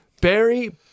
Barry